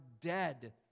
dead